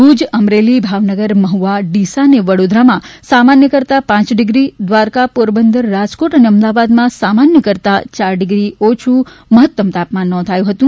ભુજ અમરેલી ભાવનગર મહ્વા ડીસા અને વડોદરામાં સામાન્ય કરતાં પાંચ ડિગ્રી દ્વારકા પોરબંદર રાજકોટ અને અમદાવાદમાં સામાન્ય કરવા ચાર ડિગ્રી ઓછું મહત્તમ તાપમાન નોંધાયું હતું